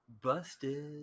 Busted